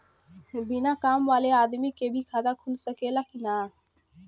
बिना काम वाले आदमी के भी खाता खुल सकेला की ना?